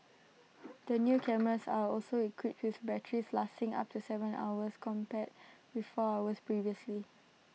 the new cameras are also equipped with batteries lasting up to Seven hours compared with four hours previously